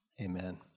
Amen